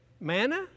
manna